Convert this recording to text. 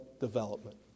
development